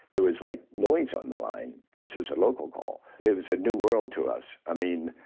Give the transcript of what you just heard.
there was like noise on the line versus a local call. it was a new world to us. i mean,